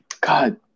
god